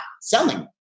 selling